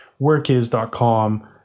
workis.com